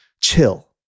chill